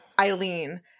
Eileen